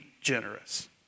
generous